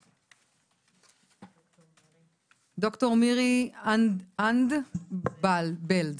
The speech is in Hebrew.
בבקשה, ד"ר מירי אנדבלד.